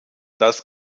das